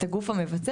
את הגוף המבצע,